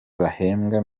bahembwa